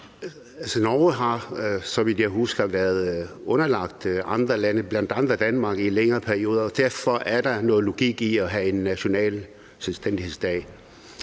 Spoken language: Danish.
Norge har, så vidt jeg husker, været underlagt andre lande, bl.a. Danmark i en længere periode, og derfor er der noget logik i at have en national selvstændighedsdag.